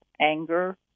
anger